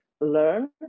learn